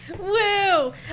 Woo